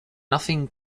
nothing